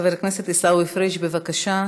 חבר הכנסת עיסאווי פריג', בבקשה.